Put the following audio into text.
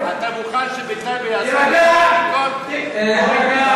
אתה מוכן שבטייבה יעשו, חבר הכנסת נסים זאב.